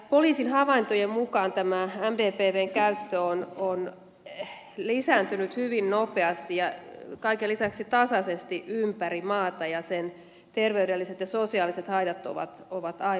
poliisin havaintojen mukaan mdpvn käyttö on lisääntynyt hyvin nopeasti ja kaiken lisäksi tasaisesti ympäri maata ja sen terveydelliset ja sosiaaliset haitat ovat aivan selvät